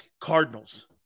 Cardinals